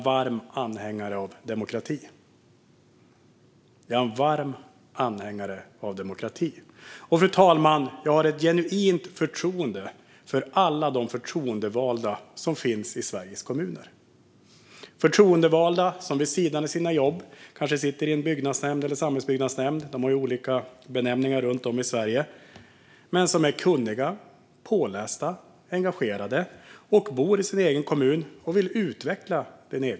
Jag är en varm anhängare av demokrati, och jag har ett genuint förtroende för alla de förtroendevalda som finns i Sveriges kommuner. Vid sidan av sina jobb sitter de kanske i en byggnadsnämnd eller samhällsbyggnadsnämnd - dessa nämnder benämns ju olika runt om i Sverige - och är kunniga, pålästa, engagerade, bor i kommunen och vill utveckla den.